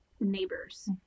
neighbors